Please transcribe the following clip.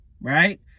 right